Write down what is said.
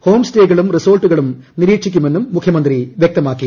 home സ്റ്റേകളും റിസോർട്ടുകളും നിരീക്ഷിക്കുമെന്ന് മുഖ്യമന്ത്രി വ്യക്തമാക്കി